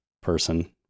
person